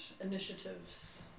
initiatives